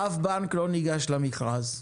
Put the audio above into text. אף בנק לא ניגש למכרז.